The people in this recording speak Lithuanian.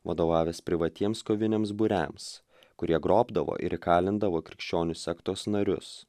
vadovavęs privatiems koviniams būriams kurie grobdavo ir įkalindavo krikščionių sektos narius